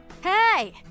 Hey